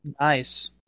Nice